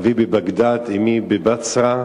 אבי בבגדד, אמי בבצרה,